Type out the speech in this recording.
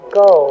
go